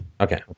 Okay